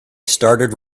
started